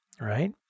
right